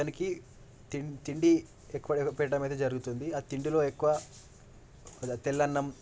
అతనికి తి తిండి ఎక్కువగా పెట్టడం అయితే జరుగుతుంది ఆ తిండిలో ఎక్కువ తెల్ల అన్నం